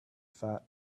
fat